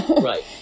Right